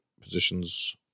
positions